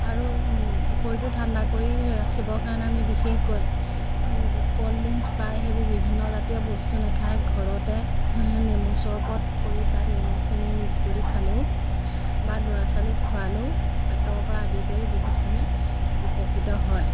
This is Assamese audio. আৰু শৰীৰটো ঠাণ্ডা কৰি ৰাখিবৰ কাৰণে আমি বিশেষকৈ ক'ল ড্ৰিংকছ বা সেইবোৰ বিভিন্নজাতীয় বস্তু নেখায় ঘৰতে নেমু চৰ্বত কৰি তাত নিমখ চেনি মিক্স কৰি খালেও বা ল'ৰা ছোৱালীক খোৱালেও পেটৰ পৰা আদি কৰি বহুতখিনি উপকৃত হয়